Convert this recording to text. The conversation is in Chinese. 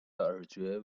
耳蕨